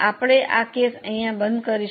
આપણે કેસ અહીં બંધ કરીશું